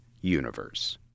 universe